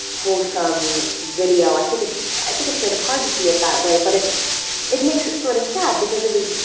wholesome video. i think it's i think it's sort of hard to see it that way, but it it makes it sort of sad because it was,